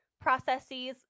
processes